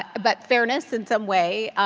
ah but fairness in some way,